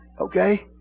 Okay